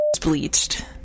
bleached